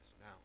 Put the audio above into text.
Now